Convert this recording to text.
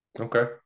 okay